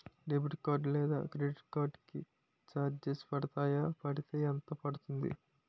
Debit card లేదా credit card కి charges పడతాయా? పడితే ఎంత పడుతుంది?